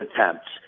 attempts